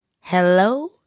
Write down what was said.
Hello